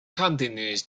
continues